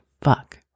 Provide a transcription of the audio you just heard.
fuck